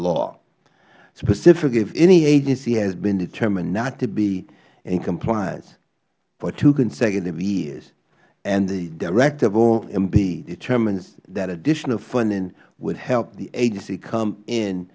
law specifically if any agency is determined not to be in compliance for two consecutive years and the director of omb determines that additional funding would help the agency come in